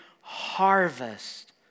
harvest